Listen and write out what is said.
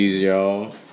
y'all